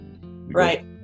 Right